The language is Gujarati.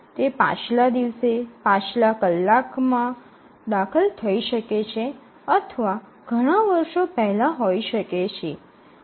તે પાછલા દિવસે પાછલા કલાકમાં દાખલ થઈ શકે છે અથવા ઘણા વર્ષો પહેલા હોઈ શકે છે